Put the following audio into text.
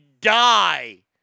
die